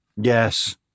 Yes